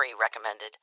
recommended